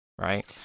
right